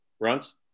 Runs